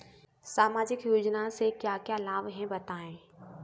सामाजिक योजना से क्या क्या लाभ हैं बताएँ?